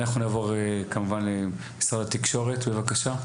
אנחנו נעבור כמובן למשרד התקשורת, בבקשה.